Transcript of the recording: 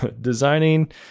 Designing